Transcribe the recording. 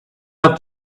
have